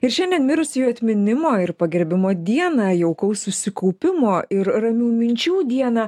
ir šiandien mirusiųjų atminimo ir pagerbimo dieną jaukaus susikaupimo ir ramių minčių dieną